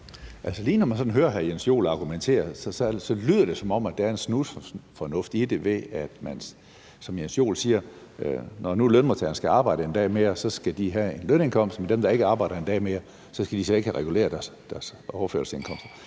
Lige når man sådan hører hr. Jens Joel argumentere, lyder det, som om der er en snusfornuft i, at når nu, som hr. Jens Joel siger, lønmodtagerne skal arbejde en dag mere, så skal de have en lønindkomst, men dem, der ikke arbejder en dag mere, skal slet ikke have reguleret deres overførselsindkomster.